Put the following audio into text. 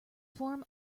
form